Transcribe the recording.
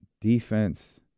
Defense